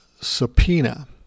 subpoena